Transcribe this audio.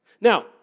Now